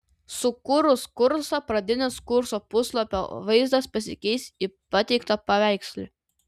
sukūrus kursą pradinis kurso puslapio vaizdas pasikeis į pateiktą paveiksle